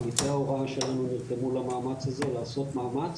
עמיתי ההוראה שלנו נרתמו למאמץ הזה לעשות מאמץ